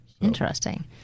Interesting